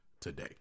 today